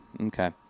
Okay